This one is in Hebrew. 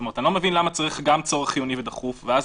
כלומר אתה לא מבין למה צריך גם צורך חיוני דחוף ואז